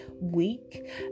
week